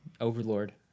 overlord